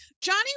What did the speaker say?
johnny